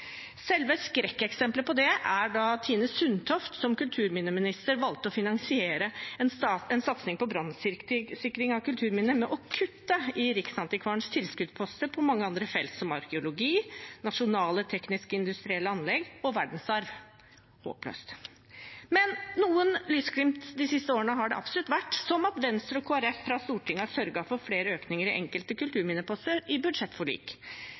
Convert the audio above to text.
Selve skrekkeksemplet på det er da Tine Sundtoft som kulturminneminister valgte å finansiere en satsing på brannsikring av kulturminner med å kutte i Riksantikvarens tilskuddsposter på mange andre felt, som arkeologi, nasjonale teknisk-industrielle anlegg og verdensarv. Håpløst! Noen lysglimt de siste årene har det absolutt vært, som at Venstre og Kristelig Folkeparti i Stortinget har sørget for flere økninger i enkelte kulturminneposter i budsjettforlik,